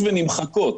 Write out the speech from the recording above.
ונמחקות.